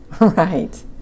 Right